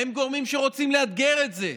הם גורמים שרוצים לאתגר את זה.